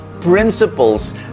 principles